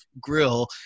grill